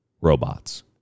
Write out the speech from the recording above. robots